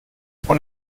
und